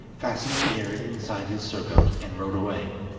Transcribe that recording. fastened the ear inside his surcoat and rode away.